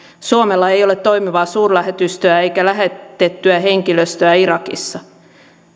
suomella ei ei ole toimivaa suurlähetystöä eikä lähetettyä henkilöstöä irakissa